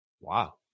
Wow